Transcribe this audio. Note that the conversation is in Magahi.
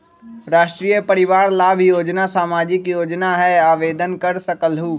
राष्ट्रीय परिवार लाभ योजना सामाजिक योजना है आवेदन कर सकलहु?